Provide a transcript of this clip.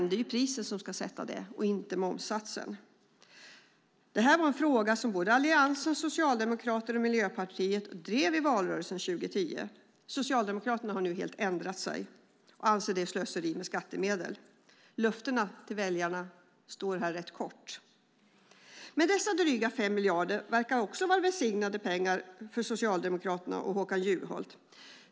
Det är på priset, inte på momssatsen, som det ska läggas. Denna fråga drev såväl Alliansen som Socialdemokraterna och Miljöpartiet i valrörelsen 2010. Nu har Socialdemokraterna helt ändrat sig och anser detta vara ett slöseri med skattemedel. Löftena till väljarna står sig här rätt kort tid. Men dessa dryga 5 miljarder verkar också vara välsignade pengar för Socialdemokraterna och Håkan Juholt.